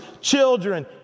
children